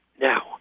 Now